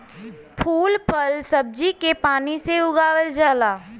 फूल फल सब्जी के पानी से उगावल जाला